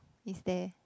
is there